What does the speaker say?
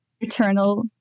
eternal